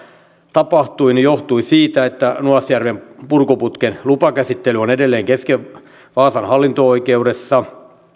tapahtui johtui siitä että nuasjärven purkuputken lupakäsittely on edelleen kesken vaasan hallinto oikeudessa